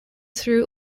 through